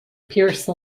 pierce